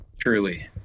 Truly